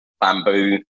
bamboo